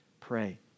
pray